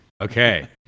Okay